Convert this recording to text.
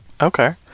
Okay